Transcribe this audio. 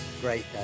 great